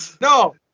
No